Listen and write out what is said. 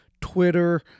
Twitter